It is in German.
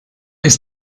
ist